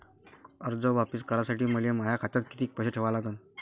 कर्ज वापिस करासाठी मले माया खात्यात कितीक पैसे ठेवा लागन?